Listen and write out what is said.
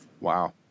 Wow